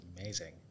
amazing